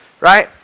Right